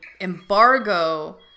embargo